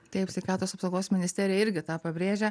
taip sveikatos apsaugos ministerija irgi tą pabrėžia